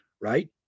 right